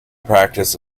practice